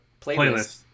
Playlist